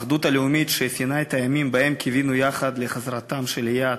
האחדות הלאומית שאפיינה את הימים שבהם קיווינו יחד לחזרתם של אייל,